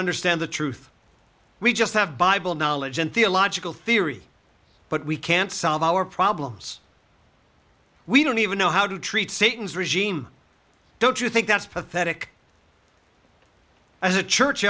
understand the truth we just have bible knowledge and theological theory but we can't solve our problems we don't even know how to treat satan's regime don't you think that's pathetic as a church